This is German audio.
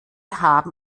haben